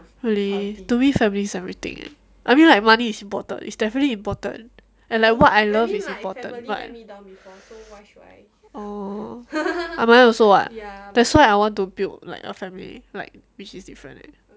really to me family's everything eh I mean like money is important is definitely important and like what I love is important but oh I mine also what that's why I want to build like a family like which is different right